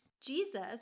Jesus